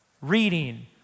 Reading